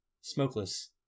smokeless